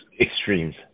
extremes